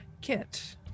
Kit